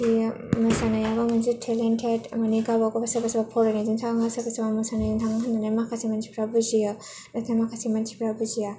कि मोसानायामो मोनसे थेलेन्थेट माने गावबा गाव सोरबा सोरबा फरायनायजों थाङो सोरबा सोरबा मोसानायजों थाङोस माखासे मानसिफ्रा बुजियो नाथाय माखासे मानसिफ्रा बुजिया